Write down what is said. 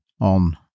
on